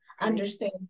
understand